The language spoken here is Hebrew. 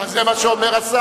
אז זה מה שאומר השר.